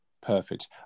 perfect